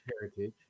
heritage